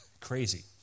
crazy